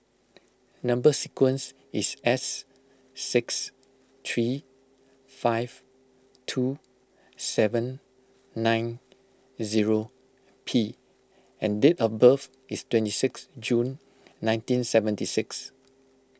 Number Sequence is S six three five two seven nine zero P and date of birth is twenty six June nineteen seventy six